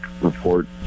report